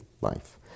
life